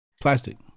plastic